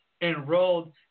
enrolled